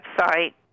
website